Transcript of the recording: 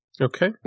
Okay